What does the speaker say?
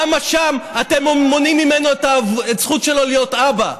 למה שם אתם מונעים ממנו את הזכות שלו להיות אבא?